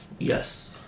Yes